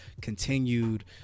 continued